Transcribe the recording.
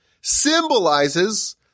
symbolizes